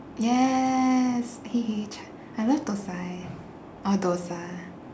yes I love thosaii or dosa